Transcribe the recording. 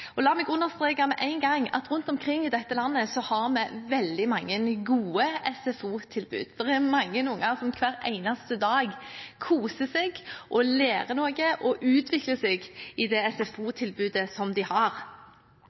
La meg understreke med en gang at rundt omkring i dette landet har vi veldig mange gode SFO-tilbud. Det er mange unger som hver eneste dag koser seg, lærer noe og utvikler seg i det SFO-tilbudet de har.